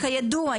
"כידוע,